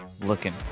looking